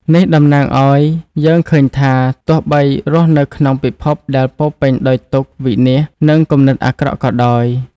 នេះតំណាងឲ្យយើងឃើញថា ទោះបីរស់នៅក្នុងពិភពដែលពោរពេញដោយទុក្ខ វិនាស និងគំនិតអាក្រក់ក៏ដោយ។